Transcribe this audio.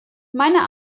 meiner